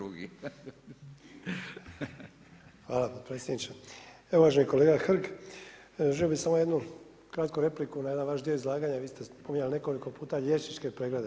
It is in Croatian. Uvaženi kolega Hrg, želio bih samo jednu kratku repliku na jedan vaš dio izlaganja, vi ste spominjali nekoliko puta liječničke preglede.